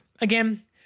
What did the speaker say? Again